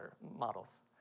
models